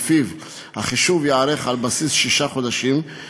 שלפיו החישוב ייערך על בסיס שישה חודשים,